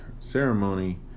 ceremony